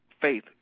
faith